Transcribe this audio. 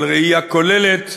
על ראייה כוללת,